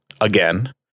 again